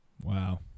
Wow